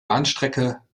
bahnstrecke